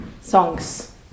songs